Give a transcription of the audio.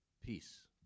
peace